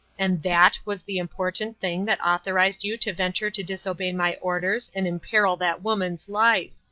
and that was the important thing that authorized you to venture to disobey my orders and imperil that woman's life!